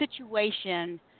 situation